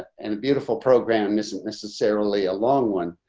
and beautiful program isn't necessarily a long one.